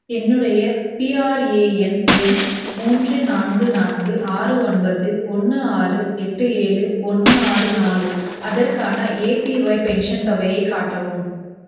என்னுடைய பிஆர்ஏன் எண் மூன்று நான்கு நான்கு ஆறு ஒன்பது ஒன்று ஆறு எட்டு ஏழு ஒன்று ஆறு நாலு அதற்கான ஏபிஒய் பென்ஷன் தொகையைக் காட்டவும்